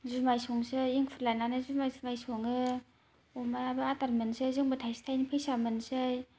जुमाय संसै एंखुर लायनानै जुमाय थुमाय सङो अमायाबो आदार मोनसै जोंबो थाइसे थाइनै फैसा मोनसै